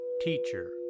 Teacher